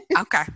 okay